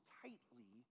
tightly